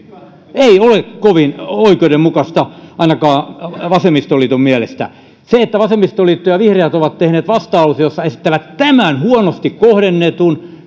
ei ole kovin oikeudenmukaista ainakaan vasemmistoliiton mielestä se että vasemmistoliitto ja vihreät ovat tehneet vastalauseen jossa esittävät tämän huonosti kohdennetun